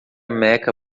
meca